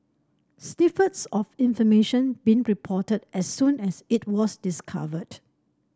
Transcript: snippets of information being reported as soon as it was discovered